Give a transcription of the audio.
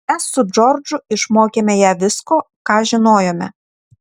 mes su džordžu išmokėme ją visko ką žinojome